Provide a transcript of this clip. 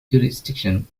jurisdiction